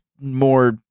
more